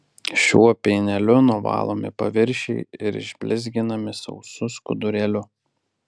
šiuo pieneliu nuvalomi paviršiai ir išblizginami sausu skudurėliu